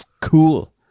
Cool